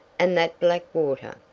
and that black water.